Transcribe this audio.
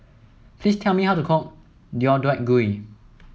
please tell me how to cook Deodeok Gui